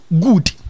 good